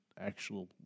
actual